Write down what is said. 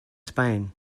spain